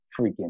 freaking